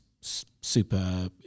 super